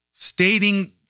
Stating